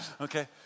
Okay